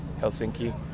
Helsinki